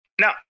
Now